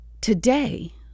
today